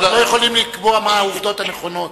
אנחנו לא יכולים לקבוע מהן העובדות הנכונות.